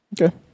Okay